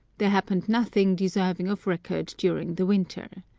there happened nothing deserving of record during the winter.